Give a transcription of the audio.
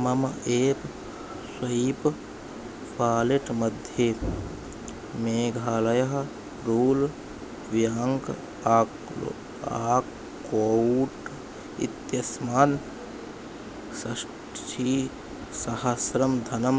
मम app swap wallet मध्ये मेघालयः रूल् व्याङ्क् आक् आक्कोट् इत्यस्मात् षष्ठीसहस्रं धनं